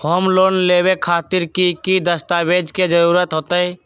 Home loan लेबे खातिर की की दस्तावेज के जरूरत होतई?